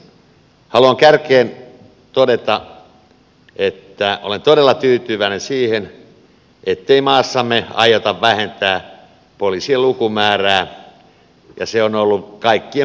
haluan kärkeen todeta että olen todella tyytyväinen siihen ettei maassamme aiota vähentää poliisien lukumäärää ja se on ollut kaikkien puolueiden tahto